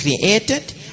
created